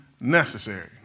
necessary